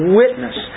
witness